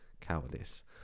Cowardice